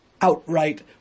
Outright